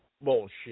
Bullshit